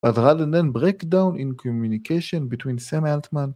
ברייק-דאון in communication between סאם אלטמן